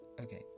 Okay